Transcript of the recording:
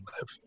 live